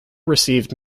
received